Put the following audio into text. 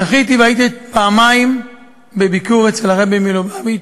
זכיתי והייתי פעמיים בביקור אצל הרבי מלובביץ',